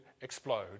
explode